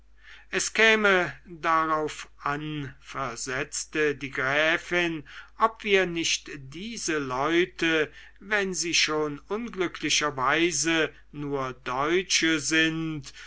es käme darauf an versetzte die gräfin ob wir nicht diese leute wenn sie schon unglücklicherweise nur deutsche sind